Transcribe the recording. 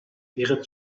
wäre